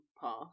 path